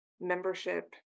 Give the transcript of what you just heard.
membership